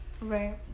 Right